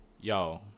Yo